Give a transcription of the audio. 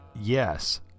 yes